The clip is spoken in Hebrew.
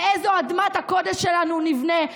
באיזו אדמת הקודש שלנו נבנה,